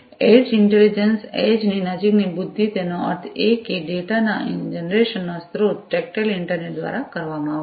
edge intelligence edge ની નજીકની બુદ્ધિ તેનો અર્થ એ કે ડેટા ના જનરેશન નો સ્ત્રોત ટેક્ટાઈલ ઈન્ટરનેટ દ્વારા કરવામાં આવશે